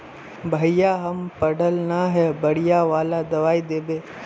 भैया हम पढ़ल न है बढ़िया वाला दबाइ देबे?